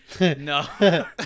no